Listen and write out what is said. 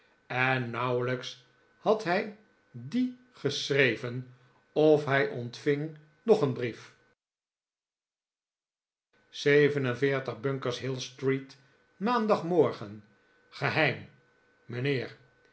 en nauwelijfcs had hi die geschreven of hij ontving nog een brief bus street maandagmorgen geheim